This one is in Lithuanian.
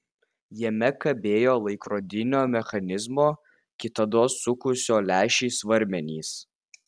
jame kabėjo laikrodinio mechanizmo kitados sukusio lęšį svarmenys